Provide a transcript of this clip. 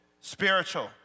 spiritual